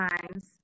times